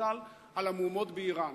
למשל על המהומות באירן.